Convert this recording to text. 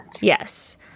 Yes